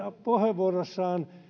puheenvuorossaan